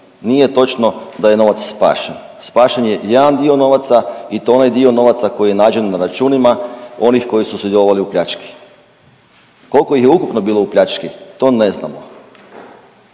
nije točno da je novac spašen. Spašen je jedan dio novaca i to onaj dio novaca koji je nađen na računima onih koji su sudjelovali u pljački. Koliko ih je ukupno bilo u pljački? To ne znamo.